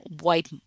white